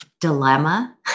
dilemma